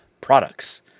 products